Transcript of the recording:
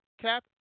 Cap